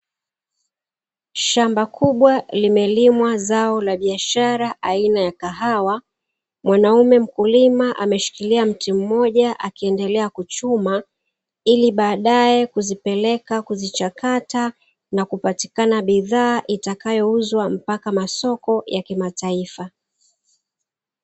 Shamba kubwa limelimwa zao la biashara aina ya kahawa, mwanaume mkulima ameshikilia mti mmoja akiendelea kuchuma, ili baadae kuzipeleka kuzichakata na kupatikana bidhaa itakayouzwa mpaka masoko ya kimataifa.